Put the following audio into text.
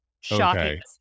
shocking